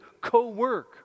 co-work